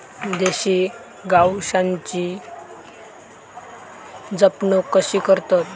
देशी गोवंशाची जपणूक कशी करतत?